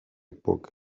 book